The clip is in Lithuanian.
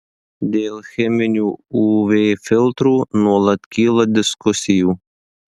dėl cheminių uv filtrų nuolat kyla diskusijų